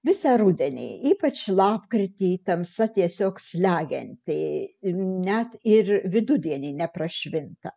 visą rudenį ypač lapkritį tamsa tiesiog slegianti net ir vidudienį neprašvinta